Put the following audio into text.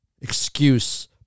excuse